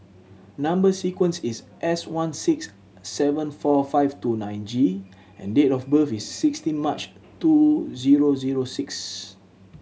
number sequence is S one six seven four five two nine G and date of birth is sixteen March two zero zero six